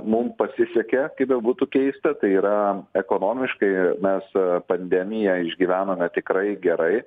mum pasisekė kaip bebūtų keista tai yra ekonomiškai mes pandemiją išgyvenome tikrai gerai